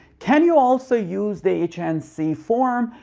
can you also use the h and c form?